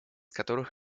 которых